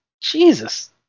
Jesus